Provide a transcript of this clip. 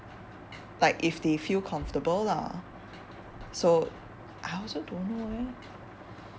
like if they feel comfortable lah so I also don't know leh